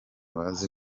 baze